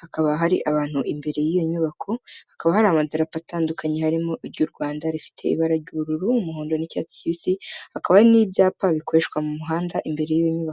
hakaba hari abantu imbere y'iyo nyubako, hakaba hari amadarapo atandukanye, harimo iry'u Rwanda rifite ibara ry'ubururu, umuhondo n'icyatsi kibisi, hakaba n'ibyapa bikoreshwa mu muhanda imbere y'inyubako.